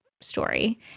story